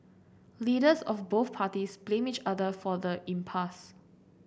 leaders of both parties blamed each other for the impasse